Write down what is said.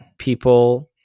people